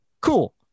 Cool